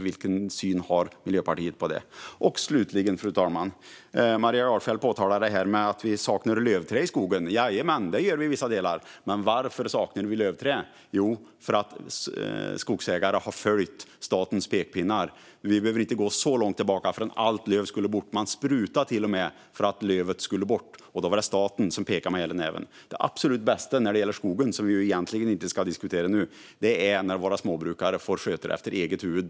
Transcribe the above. Vilken syn har Miljöpartiet på det? Slutligen, fru talman: Maria Gardfjell påtalar att vi saknar lövträd i skogen. Jajamän, det gör vi i vissa delar. Men varför saknar vi lövträd? Jo, därför att skogsägare har följt statens pekpinnar. Det var inte så långt tillbaka i tiden som allt löv skulle bort. Man sprutade till och med för att lövet skulle bort, och då var det staten som pekade med hela näven. Det absolut bästa när det gäller skogen, som vi egentligen inte ska diskutera nu, är att våra småbrukare får sköta den efter eget huvud.